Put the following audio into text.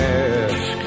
ask